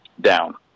down